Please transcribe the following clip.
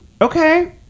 Okay